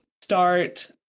start